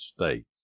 States